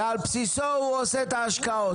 ועל בסיסו הוא עושה את ההשקעות.